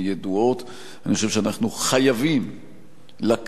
אני חושב שאנחנו חייבים לקחת ולטפל